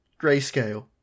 grayscale